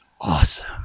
awesome